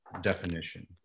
definition